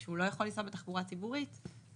שהוא לא יכול לנסוע בתחבורה ציבורית ואת